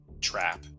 trap